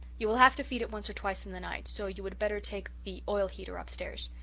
you will have to feed it once or twice in the night, so you would better take the oil heater upstairs.